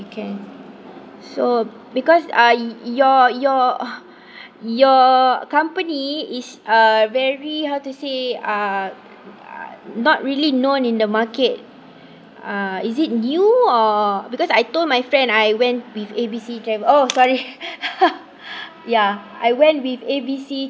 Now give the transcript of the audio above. can so because uh your your your company is a very how to say uh not really known in the market uh is it new or because I told my friend I went with A B C travel oh sorry ya I went with A B C